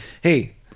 hey